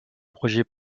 projet